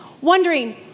Wondering